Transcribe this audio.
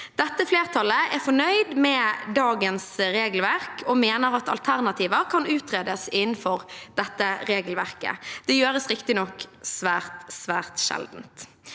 Dette flertallet er fornøyd med dagens regelverk og mener at alternativer kan utredes innenfor dette regelverket. Det gjøres riktignok svært, svært